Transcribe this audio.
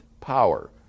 power